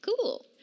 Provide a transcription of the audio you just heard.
cool